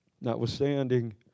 Notwithstanding